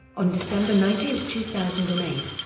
on december nineteen, two thousand and eight,